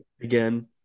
again